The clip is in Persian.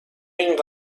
این